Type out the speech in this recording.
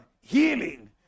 healing